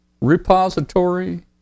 repository